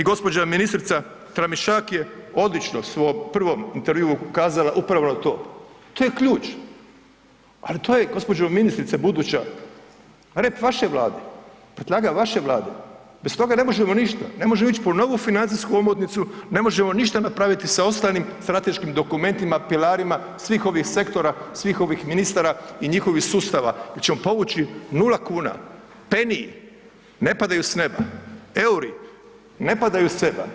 I gđa. ministrica Tramišak je odlično u svom prvom intervjuu kazala upravo to, to je ključ, ali to je gđo. ministrice buduća rep vaše vlade, prtljaga vaše vlade, bez toga ne možemo ništa, ne može ić pod novu financijsku omotnicu, ne možemo ništa napraviti sa ostalim strateškim dokumentima, pilarima svih ovih sektora, svih ovih ministara i njihovih sustava jel ćemo povući nula kuna, peniji, ne padaju s neba, EUR-i ne padaju s neba.